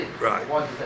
Right